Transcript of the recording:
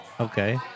Okay